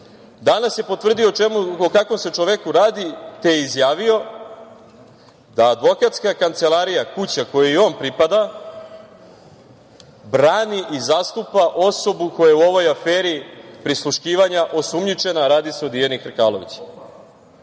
danas je potvrdio o kakvom se čoveku radi, te je izjavio da advokatska kancelarija, kuća kojoj on pripada, brani i zastupa osobu koja je u ovoj aferi „prisluškivanja“ osumnjičena, a radi se o Dijani Hrkalović.